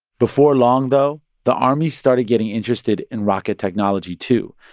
before long, though, the army started getting interested in rocket technology, too,